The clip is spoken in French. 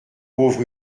pauvre